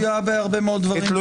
היא תלויה בהרבה מאוד דברים.